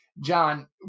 John